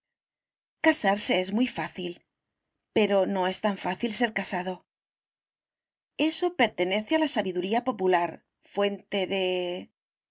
casarse es muy fácil pero no es tan fácil ser casado eso pertenece a la sabiduría popular fuente de